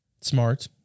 Smart